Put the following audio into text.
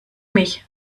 mich